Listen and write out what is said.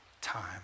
time